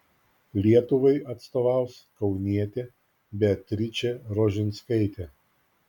lietuvai atstovaus kaunietė beatričė rožinskaitė